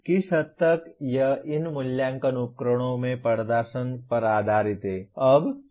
किस हद तक यह इन मूल्यांकन उपकरणों में प्रदर्शन पर आधारित है